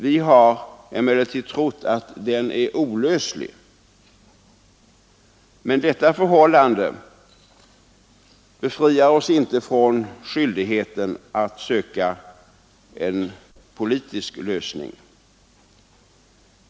Vi har emellertid trott att den är olöslig, ett förhållande som likväl inte befriar oss från skyldigheten att söka en politisk lösning.